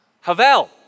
Havel